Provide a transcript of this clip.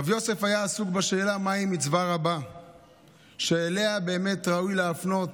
רב יוסף היה עסוק בשאלה מה היא מצווה רבה שאליה באמת ראוי להפנות